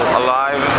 alive